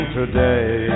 today